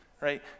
right